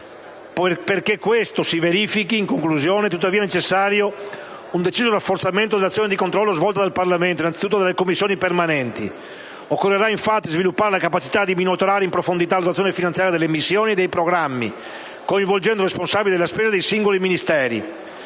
Perché questo si verifichi è tuttavia necessario un deciso rafforzamento dell'azione di controllo svolta dal Parlamento e, innanzitutto, dalle Commissioni permanenti. Occorrerà, infatti, sviluppare la capacità di monitorare in profondità l'attuazione finanziaria delle missioni e dei programmi coinvolgendo i responsabili della spesa dei singoli Ministeri.